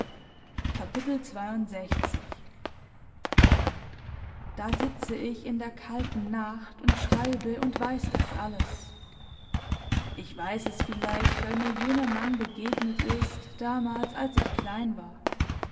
da sitze ich in der kalten nacht und schreibe und weiß das alles ich weiß es vielleicht weil mir jener mann begegnet ist damals als ich klein war